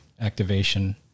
activation